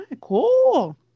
Cool